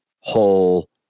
whole